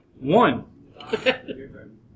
One